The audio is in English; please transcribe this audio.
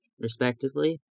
respectively